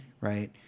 Right